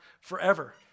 forever